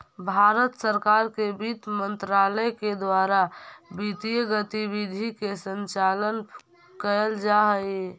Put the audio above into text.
भारत सरकार के वित्त मंत्रालय के द्वारा वित्तीय गतिविधि के संचालन कैल जा हइ